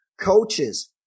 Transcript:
Coaches